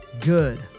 Good